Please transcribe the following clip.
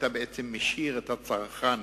אתה בעצם משאיר את הצרכן,